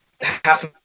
half